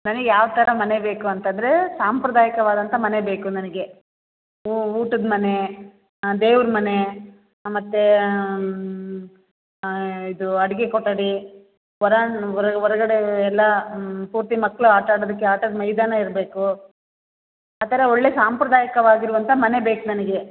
ನನಗ್ಯಾವ್ಥರ ಮನೆ ಬೇಕು ಅಂತಂದ್ರೆ ಸಾಂಪ್ರದಾಯಿಕವಾದಂಥ ಮನೆ ಬೇಕು ನನಗೆ ಊಟದ ಮನೆ ದೇವ್ರ ಮನೆ ಮತ್ತು ಇದು ಅಡುಗೆ ಕೊಠಡಿ ವರಾಂ ಹೊರ ಹೊರಗಡೆ ಎಲ್ಲ ಪೂರ್ತಿ ಮಕ್ಳು ಆಟ ಆಡೋದಕ್ಕೆ ಆಟದ ಮೈದಾನ ಇರಬೇಕು ಆ ಥರ ಒಳ್ಳೆ ಸಾಂಪ್ರದಾಯಿಕವಾಗಿರುವಂಥ ಮನೆ ಬೇಕು ನನಗೆ